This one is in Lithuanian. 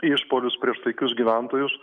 išpuolius prieš taikius gyventojus